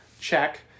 check